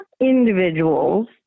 individuals